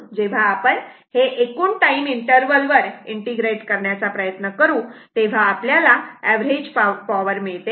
म्हणून जेव्हा आपण हे एकूण टाइम इंटर्वल वर इंटिग्रेट करण्याचा प्रयत्न करू तेव्हा आपल्याला ऍव्हरेज पॉवर मिळते